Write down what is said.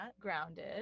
Grounded